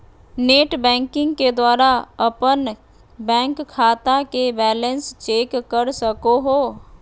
net banking के द्वारा अपन बैंक खाता के बैलेंस चेक कर सको हो